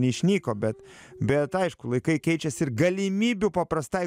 neišnyko bet bet aišku laikai keičiasi ir galimybių paprastai